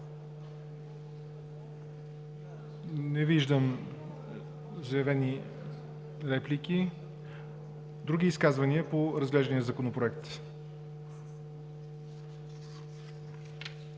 Не виждам желаещи за реплики. Други изказвания по разглеждания Законопроект?